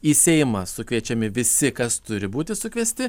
į seimą sukviečiami visi kas turi būti sukviesti